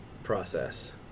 process